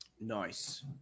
Nice